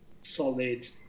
solid